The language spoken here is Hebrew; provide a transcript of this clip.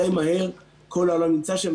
די מהר כל העולם נמצא שם,